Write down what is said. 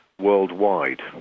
worldwide